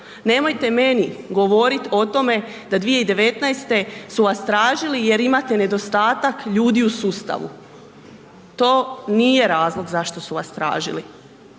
Nemojte meni govoriti o tome da 2019. su vas tražili jer imate nedostatak ljudi u sustavu, to nije razlog zašto su vas tražili.